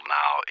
now